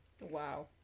Wow